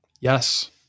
Yes